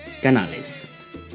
Canales